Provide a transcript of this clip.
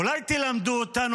אולי תלמדו אותנו,